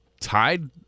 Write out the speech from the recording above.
tied